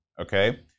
Okay